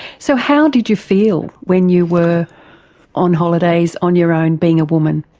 so how did you feel when you were on holidays, on your own, being a woman?